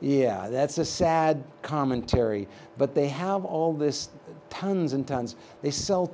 yeah that's a sad commentary but they have all this tons and tons they sell